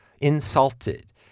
insulted